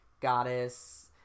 goddess